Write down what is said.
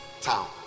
town